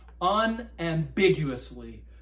unambiguously